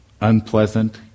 unpleasant